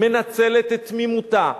מנצלת את תמימותה,